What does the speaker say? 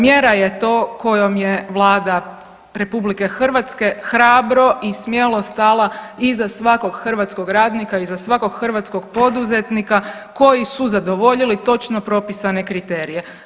Mjera je to kojom je Vlada Republike Hrvatske hrabro i smjelo stala iza svakog hrvatskog radnika, iza svakog hrvatskog poduzetnika koji su zadovoljili točno propisane kriterije.